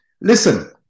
listen